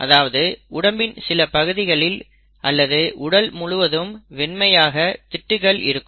அதாவது உடம்பின் சில பகுதிகளில் அல்லது உடல் முழுவதும் வெண்மையாக திட்டுகள் இருக்கும்